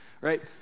right